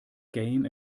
game